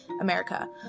America